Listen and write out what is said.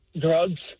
drugs